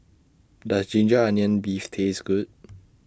Does Ginger Onions Beef Taste Good